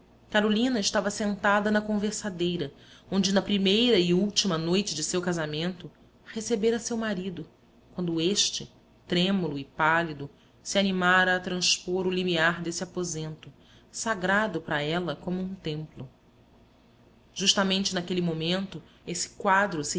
carolina estava sentada na conversadeira onde na primeira e última noite de seu casamento recebera seu marido quando este trêmulo e pálido se animara a transpor o limiar desse aposento sagrado para ela como um templo justamente naquele momento esse quadro se